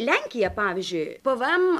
lenkija pavyzdžiui pvm